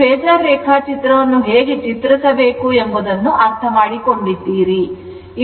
phasor ರೇಖಾಚಿತ್ರವನ್ನು ಹೇಗೆ ಚಿತ್ರಿಸಬೇಕು ಎಂಬುದನ್ನು ಅರ್ಥಮಾಡಿಕೊಂಡಿದ್ದೀರಿ